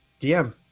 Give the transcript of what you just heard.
DM